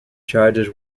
charges